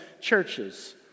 churches